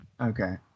Okay